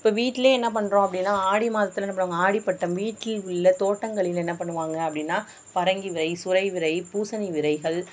இப்போ வீட்டிலேயே என்ன பண்ணுறோம் அப்படின்னா ஆடி மாதத்தில் என்ன பண்ணுவாங்க ஆடிப் பட்டம் வீட்டில் உள்ள தோட்டங்களில் என்ன பண்ணுவாங்க அப்படின்னா பரங்கி விதை சுரை விதை பூசணி விதைகள்